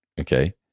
okay